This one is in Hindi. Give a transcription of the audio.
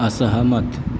असहमत